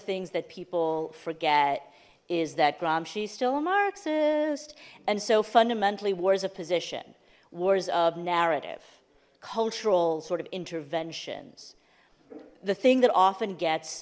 things that people forget is that gramsci still a marxist and so fundamentally wars a position wars of narrative cultural sort of interventions the thing that often gets